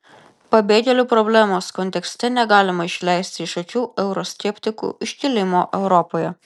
pabėgėlių problemos kontekste negalima išleisti iš akių euroskeptikų iškilimo europoje